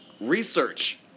research